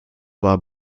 war